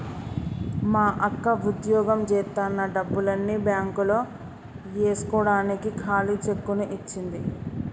మా అక్క వుద్యోగం జేత్తన్న డబ్బుల్ని బ్యేంకులో యేస్కోడానికి ఖాళీ చెక్కుని ఇచ్చింది